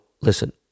listen